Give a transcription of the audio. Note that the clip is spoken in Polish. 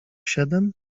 siedem